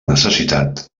necessitat